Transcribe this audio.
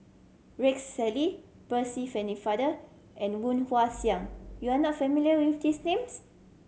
Rex Shelley Percy Pennefather and Woon Wah Siang you are not familiar with these names